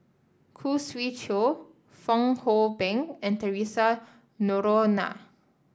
Khoo Swee Chiow Fong Hoe Beng and Theresa Noronha